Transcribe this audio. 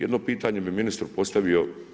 Jedno pitanje bih ministru postavio.